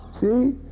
See